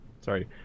Sorry